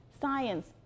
Science